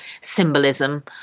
symbolism